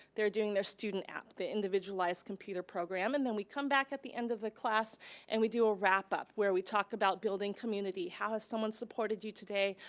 they're doing their student app, the individualized computer program, and then we come back at the end of the class and we do a wrap-up, where we talk about building community. how has someone supported you today?